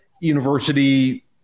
university